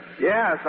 Yes